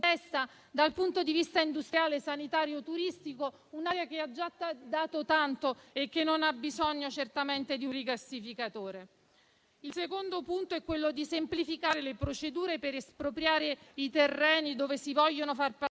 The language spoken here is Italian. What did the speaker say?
dal punto di vista industriale, sanitario e turistico; un'area che ha già dato tanto e non ha bisogno certamente di un rigassificatore. La seconda misura è quella che semplifica le procedure per espropriare i terreni dove si vogliono far passare